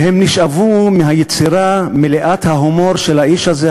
והם נשאבו מהיצירה מלאת ההומור של האיש הזה,